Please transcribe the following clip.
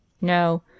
No